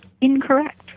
incorrect